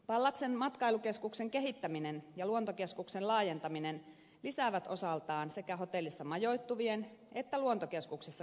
pallaksen matkailukeskuksen kehittäminen ja luontokeskuksen laajentaminen lisäävät osaltaan sekä hotellissa majoittuvien että luontokeskuksessa kävijöiden määrää